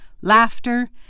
laughter